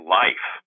life